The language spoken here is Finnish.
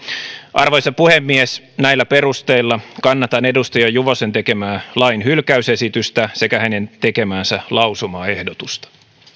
arvoisa puhemies näillä perusteilla kannatan edustaja juvosen tekemää lain hylkäysesitystä sekä hänen tekemäänsä lausumaehdotusta